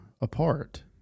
apart